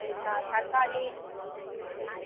சரிக்கா தக்காளி